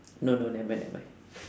no no nevermind neh mind